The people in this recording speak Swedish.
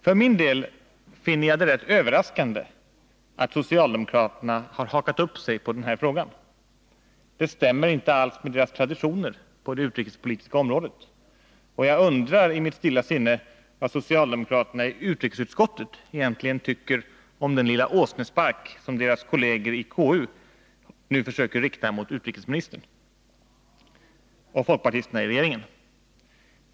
För min del finner jag det rätt överraskande att socialdemokraterna har hakat upp sig på den här frågan. Det stämmer inte alls med deras traditioner på det utrikespolitiska området. Och jag undrar i mitt stilla sinne vad socialdemokraterna i utrikesutskottet egentligen tycker om den lilla åsne spark som deras kolleger i KU nu försöker rikta mot utrikesministern och folkpartisterna i regeringen.